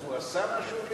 אז הוא עשה משהו,